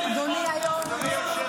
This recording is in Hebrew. לא, אני מחכה להתחיל.